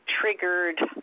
triggered